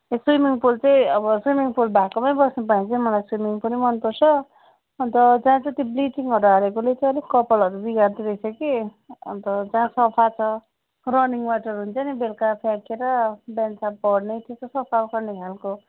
swimming pool चाहिँ अब swimming pool भएकोमै बस्नु भने चाहिँ मलाई अब स्विमिङ पुलै मनपर्छ अन्त त्यहाँ चाहिँ त्यो त्यो ब्लिचिङहरू हालेकोले अलिक कपालहरू बिगार्दो रहेछ के अन्त जहाँ सफा छ रनिङ वाटर हुन्छ नि बेलुका फ्याँकेर बिहान सब भर्ने त्यस्तो सफा गर्ने खालको